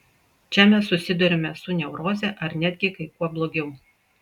čia mes susiduriame su neuroze ar netgi kai kuo blogiau